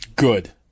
Good